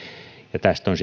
tästä on